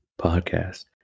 Podcast